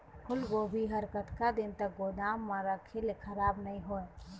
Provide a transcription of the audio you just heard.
फूलगोभी हर कतका दिन तक गोदाम म रखे ले खराब नई होय?